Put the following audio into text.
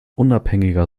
unabhängiger